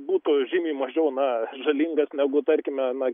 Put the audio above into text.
būtų žymiai mažiau na žalingas negu tarkime na